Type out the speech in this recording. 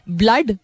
blood